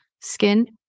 skin